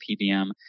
pbm